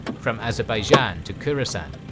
from azerbaijan to khurasan.